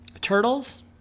turtles